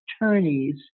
attorneys